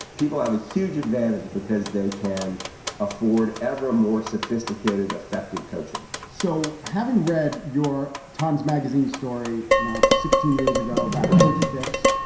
people have a huge advantage because they can afford ever more sophisticated, effective coaching so having read your times magazine story now sixteen years ago about coach fitz,